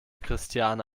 christiane